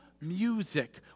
music